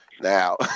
Now